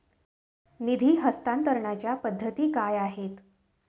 निधी हस्तांतरणाच्या पद्धती काय आहेत?